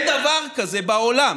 אין דבר כזה בעולם.